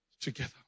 Together